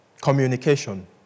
Communication